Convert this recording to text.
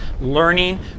learning